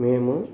మేము